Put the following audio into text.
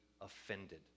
offended